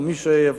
או מי שיבוא,